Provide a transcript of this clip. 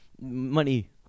Money